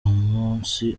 umunsi